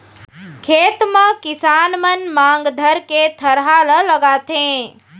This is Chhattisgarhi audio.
खेत म किसान मन मांग धरके थरहा ल लगाथें